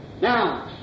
Now